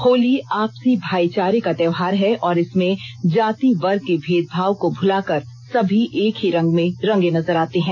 होली आपसी भाईचारे का त्योहार है और इसमे जाति वर्ग के भेदभाव को भुलाकर सभी एक ही रंग मे रंगे नजर आते हैं